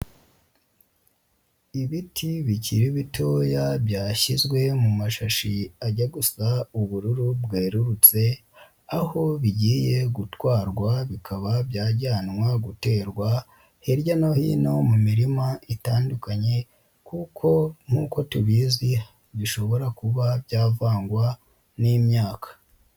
Ibiti bikiri bitoya byashyizwe mu mashashi ajya gusa ubururu bwerurutse, aho bigiye gutwarwa bikaba byajyanwa guterwa hirya no hino mu mirima itandukanye, kuko nk'uko tubizi bishobora kuba byavangwa n'imyaka.